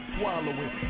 swallowing